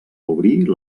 obrir